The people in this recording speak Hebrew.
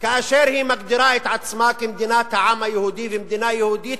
כאשר היא מגדירה את עצמה כמדינת העם היהודי ומדינה יהודית,